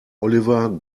oliver